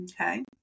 Okay